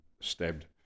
stabbed